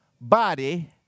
Body